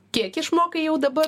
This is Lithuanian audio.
kiek išmokai jau dabar